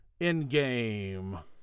Endgame